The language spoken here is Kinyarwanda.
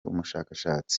umushakashatsi